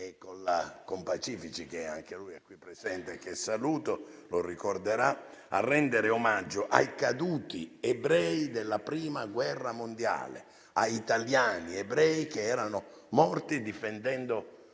Pacifici (anche lui qui presente, lo saluto, lo ricorderà), a rendere omaggio ai caduti ebrei della Prima guerra mondiale, a italiani ebrei che erano morti difendendo